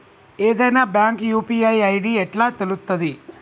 ఏదైనా bank UPI ID ఎట్లా తెలుత్తది?